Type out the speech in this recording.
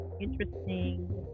interesting